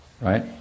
right